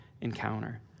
encounter